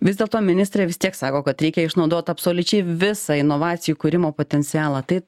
vis dėlto ministrė vis tiek sako kad reikia išnaudot absoliučiai visą inovacijų kūrimo potencialą tai